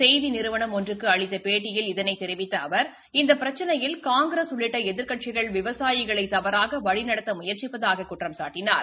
செய்தி நிறுவனம் ஒன்றுக்கு அளித்த பேட்டியில் இதனைத் தெரிவித்த அவர் இந்த பிரச்சினையில் காங்கிரஸ் உள்ளிட்ட எதிர்க்கட்சிகள் விவசாயிகளை தவறாக வழிநடத்த முயற்சிப்பதாக குற்றம்சாட்டினார்